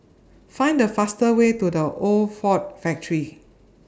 Find The faster Way to The Old Ford Factory